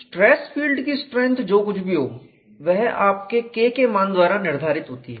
stress field की strength जो कुछ भी हो वह K के मान द्वारा निर्धारित होती है